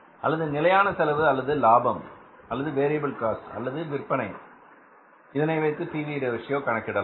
அல்லது நிலையான செலவு அல்லது லாபம் அல்லது வேரியபில் காஸ்ட்அல்லது விற்பனை இதனை வைத்து பி வி ரேஷியோ கணக்கிடலாம்